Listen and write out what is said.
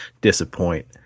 disappoint